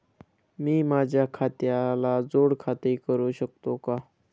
मी माझ्या खात्याला जोड खाते करू शकतो का?